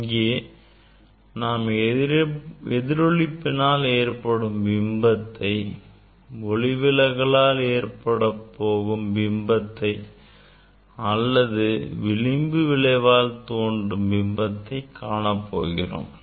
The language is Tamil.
இங்கே நாம் எதிரொளிப்பினால் ஏற்படும் பிம்பத்தை ஒளிவிலகலால் ஏற்படப்போகும் பிம்பத்தை மற்றும் விளிம்பு விளைவால் தோன்றும் பிம்பத்தை காணப்போகிறோம்